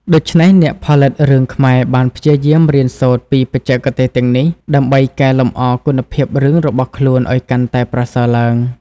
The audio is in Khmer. ដូច្នេះ អ្នកផលិតរឿងខ្មែរបានព្យាយាមរៀនសូត្រពីបច្ចេកទេសទាំងនេះដើម្បីកែលម្អគុណភាពរឿងរបស់ខ្លួនឲ្យកាន់តែប្រសើរឡើង។